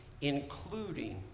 including